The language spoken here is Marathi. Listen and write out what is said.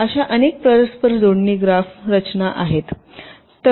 अशा अनेक परस्पर जोडणी ग्राफ रचना पाहू